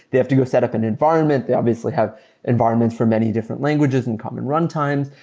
they have to go set up an environment. they obviously have environments for many different languages and common runtimes.